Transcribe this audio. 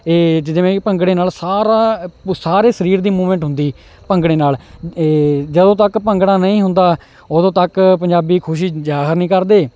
ਇਹ ਜਿਵੇਂ ਭੰਗੜੇ ਨਾਲ ਸਾਰਾ ਸਾਰੇ ਸਰੀਰ ਦੀ ਮੂਵਮੈਂਟ ਹੁੰਦੀ ਭੰਗੜੇ ਨਾਲ ਜਦੋਂ ਤੱਕ ਭੰਗੜਾ ਨਹੀਂ ਹੁੰਦਾ ਉਦੋਂ ਤੱਕ ਪੰਜਾਬੀ ਖੁਸ਼ੀ ਜਾਹਰ ਨਹੀਂ ਕਰਦੇ